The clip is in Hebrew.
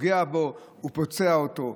פוגע בו ופוצע אותו,